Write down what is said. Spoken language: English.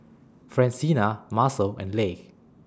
Francina Marcel and Leigh